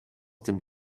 dem